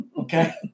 okay